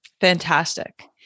Fantastic